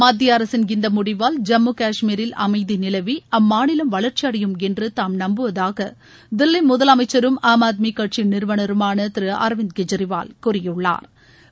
மத்திய அரசின் இந்த முடிவால் ஜம்மு கஷ்மீரில் அமைதி நிலவி அம்மாநிலம் வளர்ச்சியடையும் என்று தாம் நம்புவதாக தில்லி முதலமைச்சரும் ஆம் ஆத்மி கட்சி நிறுவனருமான திரு அர்விந்த் கெஜ்ரிவால் கூறியுள்ளா்